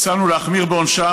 הצענו להחמיר בעונשם,